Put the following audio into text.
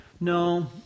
no